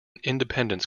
independence